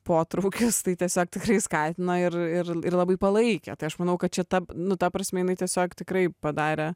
potraukius tai tiesiog tikrai skatino ir ir ir labai palaikė tai aš manau kad čia ta nu ta prasme jinai tiesiog tikrai padarė